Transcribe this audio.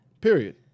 period